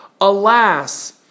alas